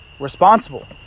responsible